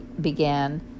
began